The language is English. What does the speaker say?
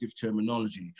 terminology